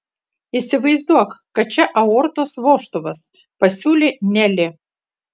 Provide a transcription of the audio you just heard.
įsivaizduok kad čia aortos vožtuvas pasiūlė nelė